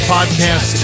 Podcast